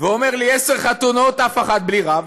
ואומר לי: עשר חתונות, אף אחת בלי רב.